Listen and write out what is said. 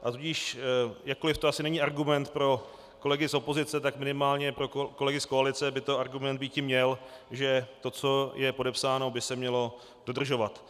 Tudíž jakkoliv to asi není argument pro kolegy z opozice, tak minimálně pro kolegy z koalice by ten argument býti měl, že to, co je podepsáno, by se mělo dodržovat.